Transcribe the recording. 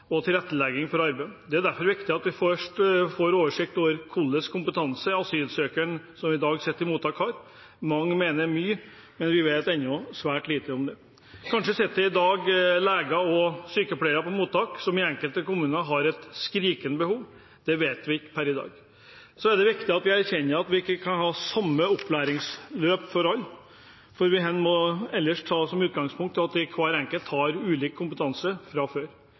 tilrettelegging for arbeid. Det er derfor viktig at vi får oversikt over hva slags kompetanse asylsøkerne som i dag sitter i mottak, har. Mange mener mye, men vi vet ennå svært lite om det. Kanskje sitter det i dag leger og sykepleiere, som enkelte kommuner har et skrikende behov for, på mottak? Det vet vi ikke per i dag. Så er det viktig at vi erkjenner at vi ikke kan ha samme opplæringsløp for alle. Vi må heller ha som utgangspunkt at hver enkelt har ulik kompetanse fra før.